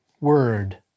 word